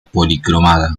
policromada